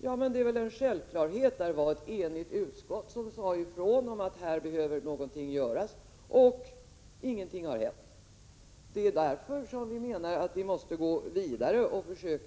Ja, men det är en självklarhet. Ett enigt utskott sade ju ifrån. Utskottet sade nämligen att här behöver någonting göras. Men ingenting har hänt. Därför måste vi gå vidare. Vi måste